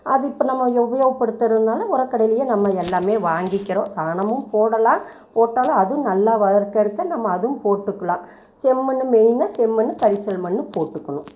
அது இப்போ நம்ம உபயோகப்படுத்துகிறதுனால் உரக்கடையிலேயே நம்ம எல்லாமே வாங்கிக்கிறோம் சாணமும் போடலாம் போட்டாலும் அதுவும் நல்லா வளர்க்கறச்ச நம்ம அதுவும் போட்டுக்கலாம் செம்மண்ணு மெயினாக செம்மண்ணு கரிசல் மண்ணு போட்டுக்கணும்